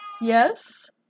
Yes